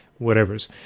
whatevers